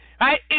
right